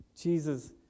Jesus